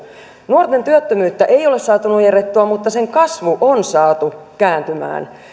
nuorten työttömyyttä ei ole saatu nujerrettua mutta sen kasvu on saatu kääntymään